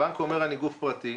הבנק אומר אני גוף פרטי.